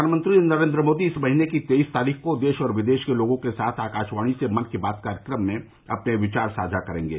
प्रधानमंत्री नरेन्द्र मोदी इस महीने की तेईस तारीख को देश और विदेश के लोगों के साथ आकाशवाणी से मन की बात कार्यक्रम में अपने विचार साझा करेंगे